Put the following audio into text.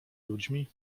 ludźmi